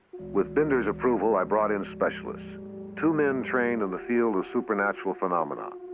with binder's approval, i brought in specialists two men trained in the field of supernatural phenomena.